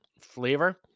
flavor